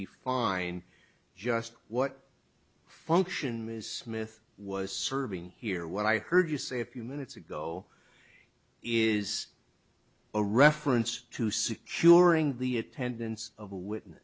be fine just what function ms smith was serving here what i heard you say a few minutes ago is a reference to securing the attendance of a witness